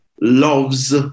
loves